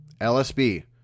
LSB